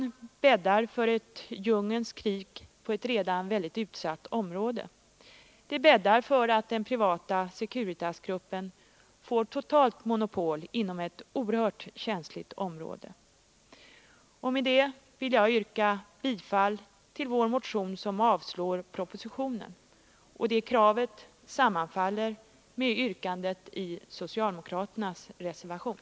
Det bäddar för ett djungelns krig på ett redan utsatt område. Det bäddar för att den privata Securitasgruppen får totalt monopol inom ett oerhört känsligt område. Jag vill med detta, fru talman, yrka bifall till vår motion som avslår propositionen. Det kravet sammanfaller med yrkandet i socialdemokraternas reservation.